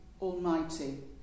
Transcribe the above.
Almighty